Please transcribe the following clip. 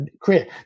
create